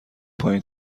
پایین